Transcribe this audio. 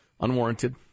Unwarranted